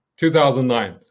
2009